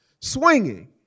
swinging